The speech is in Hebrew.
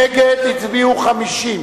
נגד הצביעו 50,